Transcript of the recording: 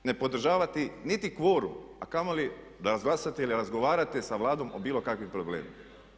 Ne podržavati niti kvorum, a kamoli da izglasate ili razgovarate sa Vladom o bilo kakvim problemima.